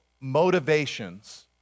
motivations